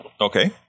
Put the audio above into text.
Okay